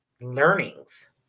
learnings